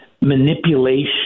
manipulation